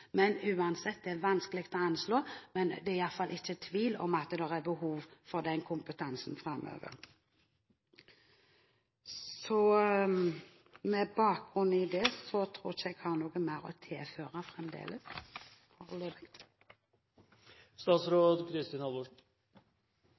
er det vanskelig å anslå, men det er i alle fall ikke tvil om at det er behov for den kompetansen framover. Med bakgrunn i dette tror jeg ikke jeg foreløpig har noe mer å tilføre.